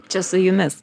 čia su jumis